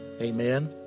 Amen